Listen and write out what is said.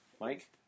Mike